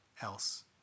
else